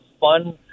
fun